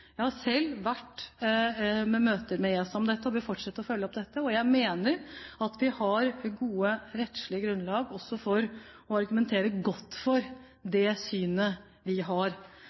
Jeg har selv vært i møter med ESA om dette, og vil fortsette å følge det opp. Jeg mener at vi har et godt rettslig grunnlag også for å argumentere godt for det synet vi har.